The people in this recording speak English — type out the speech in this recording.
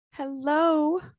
Hello